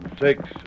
Six